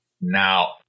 Now